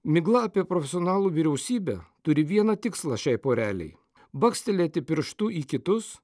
migla apie profesionalų vyriausybę turi vieną tikslą šiai porelei bakstelėti pirštu į kitus